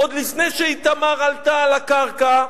עוד לפני שאיתמר עלתה על הקרקע.